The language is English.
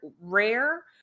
rare